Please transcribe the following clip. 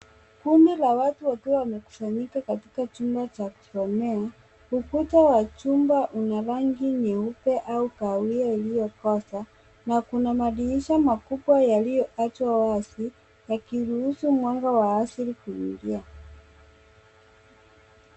Kundi la watu wakiwa wamekusanyika katika chumba cha kusomea. Ukuta wa chumba una rangi nyeupe au kahawia iliyokoza na kuna madirisha makubwa yaliyoachwa wazi yakiruhusu mwanga wa asili kuingia.